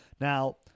Now